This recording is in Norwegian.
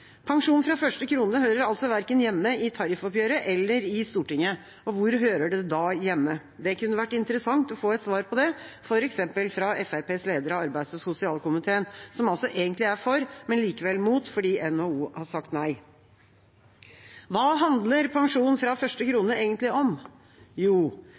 Pensjon fra første krone hører altså hjemme verken i tariffoppgjøret eller i Stortinget! Hvor hører det hjemme da? Det kunne vært interessant å få et svar på det, f.eks. fra leder av arbeids- og sosialkomiteen fra Fremskrittspartiet, som altså egentlig er for, men likevel mot fordi NHO har sagt nei. Hva handler pensjon fra første krone egentlig om? Jo,